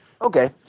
Okay